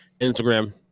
Instagram